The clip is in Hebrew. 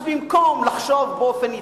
אז במקום לחשוב באופן יצירתי,